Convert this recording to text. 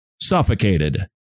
suffocated